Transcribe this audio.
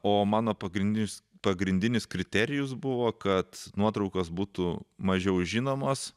o mano pagrindinis pagrindinis kriterijus buvo kad nuotraukos būtų mažiau žinomos